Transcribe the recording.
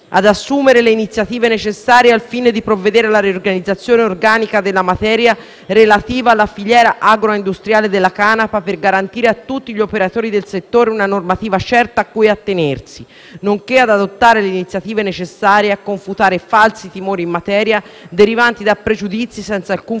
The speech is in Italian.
ad assumere le iniziative necessarie al fine di provvedere alla riorganizzazione organica della materia relativa alla filiera agroindustriale della canapa per garantire a tutti gli operatori del settore una normativa certa cui attenersi, nonché ad adottare le iniziative necessarie a confutare falsi timori in materia, derivanti da pregiudizi senza alcun